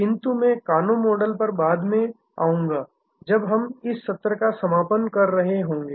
किंतु मैं Kano model पर बाद में आऊंगा जब हम इस सत्र का समापन कर रहे होंगे